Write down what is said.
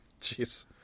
Jeez